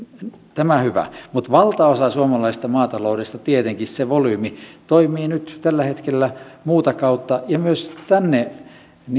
tämä on hyvä mutta valtaosa suomalaisesta maataloudesta tietenkin se volyymi toimii nyt tällä hetkellä muuta kautta ja myös tänne